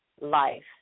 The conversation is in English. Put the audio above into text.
life